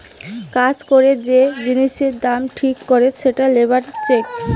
কাজ করে যে জিনিসের দাম ঠিক করে সেটা লেবার চেক